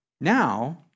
Now